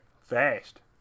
Fast